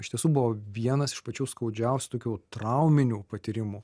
iš tiesų buvo vienas iš pačių skaudžiausių tokių trauminių patyrimų